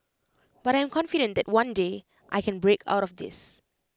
but I am confident that one day I can break out of this